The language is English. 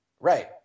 Right